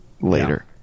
later